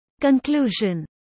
Conclusion